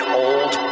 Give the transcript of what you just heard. old